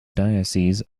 diocese